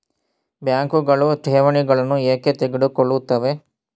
ಬ್ಯಾಂಕುಗಳು ಠೇವಣಿಗಳನ್ನು ಏಕೆ ತೆಗೆದುಕೊಳ್ಳುತ್ತವೆ?